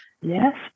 Yes